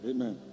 Amen